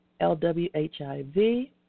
LWHIV